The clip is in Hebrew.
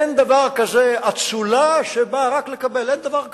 אין דבר כזה אצולה, שבאה רק לקבל, אין דבר כזה.